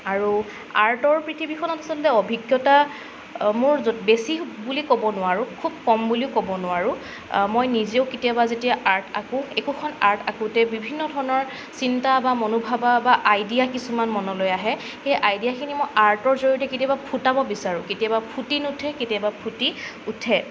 আৰু আৰ্টৰ পৃথিৱীখনত আচলতে অভিজ্ঞতা মোৰ বেছি বুলি ক'ব নোৱাৰোঁ খুব কম বুলিয়ো ক'ব নোৱাৰোঁ মই নিজেয়ো কেতিয়াবা যেতিয়া আৰ্ট আকো একোখন আৰ্ট আঁকোতে বিভিন্ন ধৰণৰ চিন্তা বা মনোভাব বা আইডিয়া কিছুমান মনলৈ আহে সেই আইডিয়াখিনি মই আৰ্টৰ জৰিয়তে কেতিয়াবা ফুটাব বিচাৰোঁ কেতিয়াবা ফুটি নুঠে কেতিয়াবা ফুটি উঠে